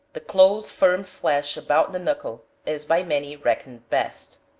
the close firm flesh about the knuckle is by many reckoned best.